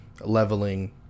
leveling